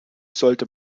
sollte